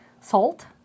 salt